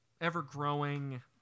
ever-growing